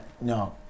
No